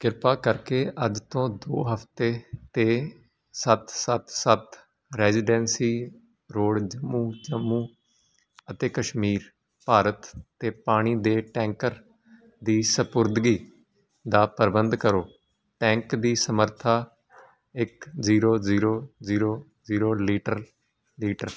ਕਿਰਪਾ ਕਰਕੇ ਅੱਜ ਤੋਂ ਦੋ ਹਫ਼ਤੇ 'ਤੇ ਸੱਤ ਸੱਤ ਸੱਤ ਰੈਜ਼ੀਡੈਂਸੀ ਰੋਡ ਜੰਮੂ ਜੰਮੂ ਅਤੇ ਕਸ਼ਮੀਰ ਭਾਰਤ 'ਤੇ ਪਾਣੀ ਦੇ ਟੈਂਕਰ ਦੀ ਸਪੁਰਦਗੀ ਦਾ ਪ੍ਰਬੰਧ ਕਰੋ ਟੈਂਕ ਦੀ ਸਮਰੱਥਾ ਇੱਕ zero zero zero zero litre litre